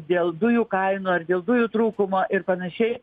dėl dujų kainų ar dėl dujų trūkumo ir panašiai